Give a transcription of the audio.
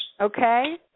Okay